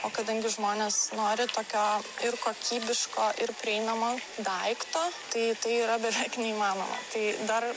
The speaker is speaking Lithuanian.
o kadangi žmonės nori tokio ir kokybiško ir prieinamo daikto tai tai yra beveik neįmanoma tai dar